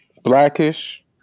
Blackish